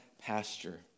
pasture